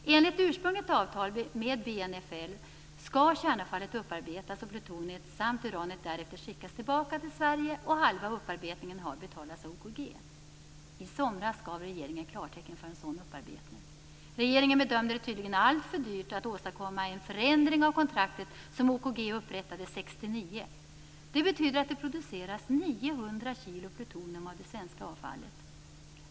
Enligt ursprungligt avtal med BNFL skall kärnavfallet upparbetas, och plutoniet samt uranet därefter skickas tillbaka till Sverige. Halva upparbetningen betalas av OKG. I somras gav regeringen klartecken för en sådan upparbetning. Regeringen bedömde det tydligen som alltför dyrt att åstadkomma en förändring av kontraktet som OKG upprättade 1969. Det betyder att det produceras 900 kg plutonium av det svenska avfallet.